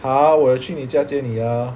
!huh! 我有去你家接你啊